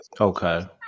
Okay